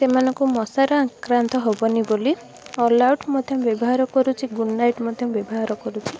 ସେମାନଙ୍କୁ ମଶାର ଆକ୍ରାନ୍ତ ହେବନି ବୋଲି ଅଲ୍ ଆଉଟ୍ ମଧ୍ୟ ବ୍ୟବହାର କରୁଛି ଗୁଡ୍ ନାଇଟ୍ ମଧ୍ୟ ବ୍ୟବହାର କରୁଛି